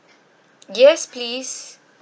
yes please